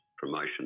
promotion